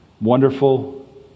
wonderful